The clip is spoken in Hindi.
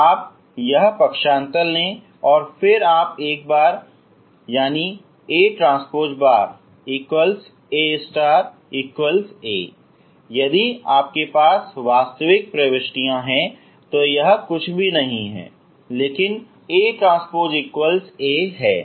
तो आप यह पक्षांतर लें और फिर आप एक बार बनाए यानी ATAA यदि आपके पास वास्तविक प्रविष्टियां हैं तो यह कुछ भी नहीं है लेकिन ATA है